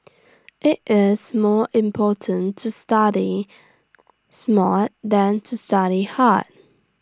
IT is more important to study smart than to study hard